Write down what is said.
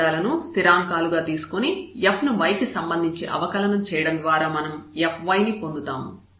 x లను స్థిరాంకాలుగా తీసుకొని F ను y కి సంబంధించి అవకలనం చేయడం ద్వారా మనం Fy ని పొందుతాము